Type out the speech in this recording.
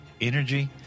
Energy